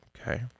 okay